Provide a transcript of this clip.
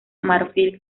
marfil